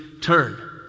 turn